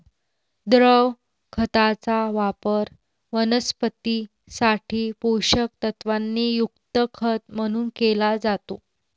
द्रव खताचा वापर वनस्पतीं साठी पोषक तत्वांनी युक्त खत म्हणून केला जातो